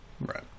Right